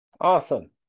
awesome